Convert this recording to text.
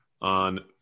on